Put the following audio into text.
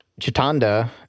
Chitanda